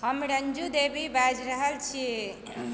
हम रंजू देवी बाजि रहल छी